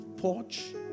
porch